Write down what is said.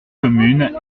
commune